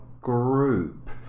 group